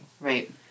Right